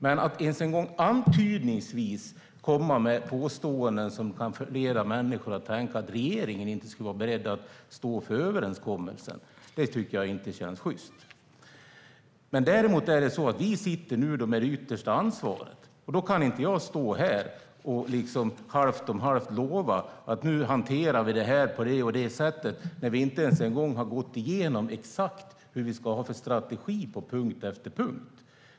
Men att ens en gång antydningsvis komma med påståenden som kan förleda människor att tänka att regeringen inte skulle vara beredd att stå för överenskommelsen tycker jag inte känns sjyst. Vi sitter nu med det yttersta ansvaret. Då kan jag inte stå här och halvt om halvt lova att vi nu ska hantera frågan på det ena eller det andra sättet, när vi inte ens har gått igenom exakt vilken strategi vi ska ha på punkt efter punkt.